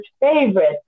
favorite